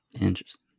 Interesting